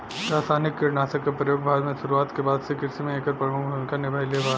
रासायनिक कीटनाशक के प्रयोग भारत में शुरुआत के बाद से कृषि में एक प्रमुख भूमिका निभाइले बा